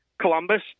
Columbus